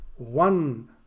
one